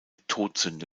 todsünde